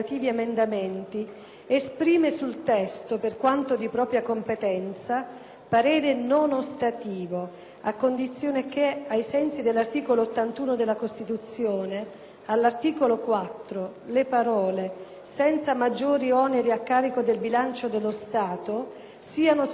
parere non ostativo, a condizione che, ai sensi dell'articolo 81 della Costituzione, all'articolo 4 le parole: "senza maggiori oneri a carico del bilancio dello Stato" siano sostituite dalle altre: "senza maggiori oneri a carico della finanza pubblica.